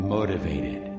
Motivated